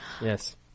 Yes